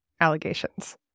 allegations